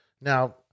Now